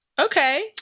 Okay